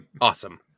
Awesome